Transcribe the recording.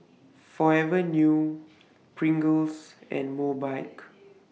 Forever New Pringles and Mobike